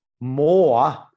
more